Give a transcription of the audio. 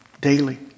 daily